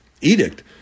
edict